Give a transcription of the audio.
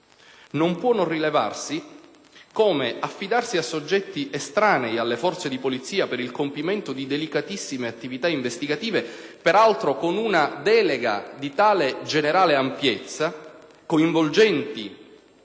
Non può non rilevarsi come affidarsi a soggetti estranei alle forze di polizia per il compimento di delicatissime attività investigative (per altro con una delega di tale generale ampiezza), coinvolgenti